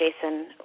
Jason